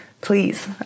Please